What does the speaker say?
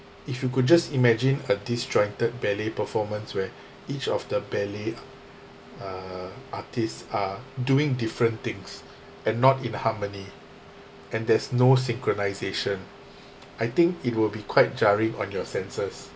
if you could just imagine a disjointed ballet performance where each of the ballet uh artists are doing different things and not in harmony and there's no synchronization I think it will be quite jarring on your senses